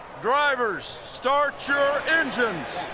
drivers, start your engines.